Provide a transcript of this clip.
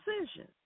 decision